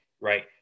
Right